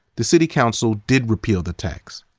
the city council did repeal the tax.